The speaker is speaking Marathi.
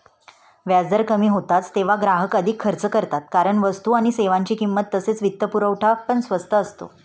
व्याजदर कमी होतात तेव्हा ग्राहक अधिक खर्च करतात कारण वस्तू आणि सेवांची किंमत तसेच वित्तपुरवठा पण स्वस्त असतो